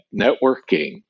networking